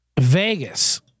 Vegas